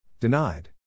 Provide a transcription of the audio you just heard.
Denied